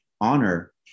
honor